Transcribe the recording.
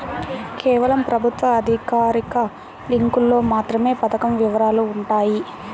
కేవలం ప్రభుత్వ అధికారిక లింకులో మాత్రమే పథకం వివరాలు వుంటయ్యి